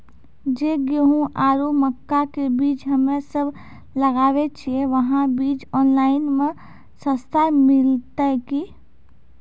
जे गेहूँ आरु मक्का के बीज हमे सब लगावे छिये वहा बीज ऑनलाइन मे सस्ता मिलते की?